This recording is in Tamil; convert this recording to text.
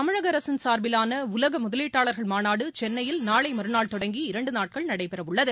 தமிழக அரசின் சார்பிலான உலக முதலீட்டாளர்கள் மாநாடு சென்னையில் நாளை மறுநாள் தொடங்கி இரண்டு நாட்கள் நடைபெற உள்ளது